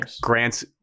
Grant's